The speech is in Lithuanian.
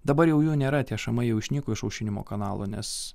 dabar jau jų nėra tie šamai jau išnyko iš aušinimo kanalo nes